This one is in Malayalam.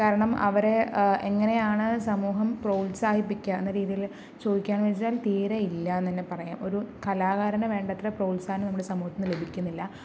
കാരണം അവരെ എങ്ങനെയാണ് സമൂഹം പ്രോത്സാഹിപ്പിക്കുക എന്ന രീതിയിൽ ചോദിക്കാന്ന് വച്ചാൽ തീരെ ഇല്ലാന്ന് തന്നെ പറയാം ഒരു കലാകാരന് വേണ്ടത്ര പ്രോത്സാഹനം നമ്മുടെ സമൂഹത്തിൽ നിന്ന് ലഭിക്കുന്നില്ലാ